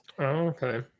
okay